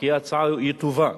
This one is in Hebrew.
כי ההצעה היא טובה.